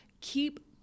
keep